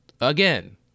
again